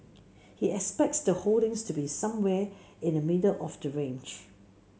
he expects the holdings to be somewhere in the middle of the range